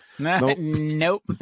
Nope